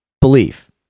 belief